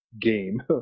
game